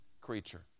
creature